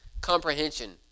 comprehension